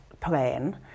plan